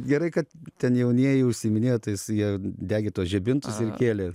gerai kad ten jaunieji užsiiminėja tais jie degino žibintus ir kėlė